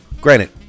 Granted